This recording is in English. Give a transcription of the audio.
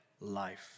life